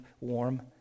warm